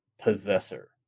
possessor